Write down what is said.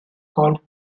called